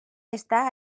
està